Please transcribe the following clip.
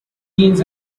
genes